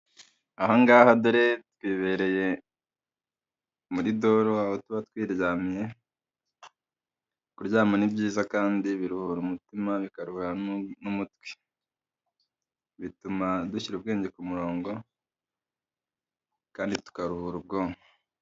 Ahangaha dore twibereye muri doro aho tuba twiryamiye, kuryama ni byiza biruhura umutima bikaruhura n'umutwe bituma dushyira ubwenge ku murongo kandi tukaruhura ubwonko.